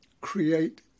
create